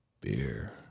Beer